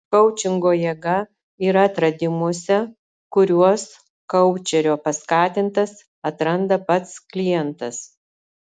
koučingo jėga yra atradimuose kuriuos koučerio paskatintas atranda pats klientas